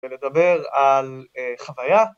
‫ולדבר על חוויה.